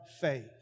faith